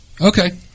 Okay